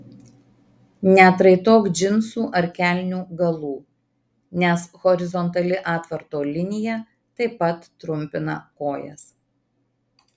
neatraitok džinsų ar kelnių galų nes horizontali atvarto linija taip pat trumpina kojas